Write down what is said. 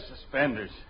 suspenders